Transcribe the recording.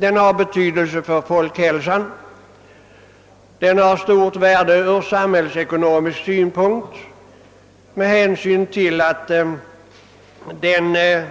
Den har betydelse för folkhälsan, den har stort värde ur sam hällsekonomisk synpunkt med hänsyn till att den exempelvis